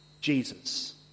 Jesus